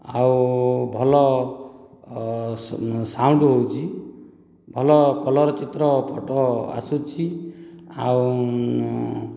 ଆଉ ଭଲ ସାଉଣ୍ଡ ହେଉଛି ଭଲ କଲର ଚିତ୍ର ଫୋଟୋ ଆସୁଛି ଆଉ